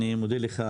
אני מודה לך,